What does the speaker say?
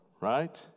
right